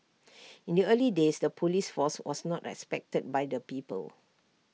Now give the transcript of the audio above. in the early days the Police force was not respected by the people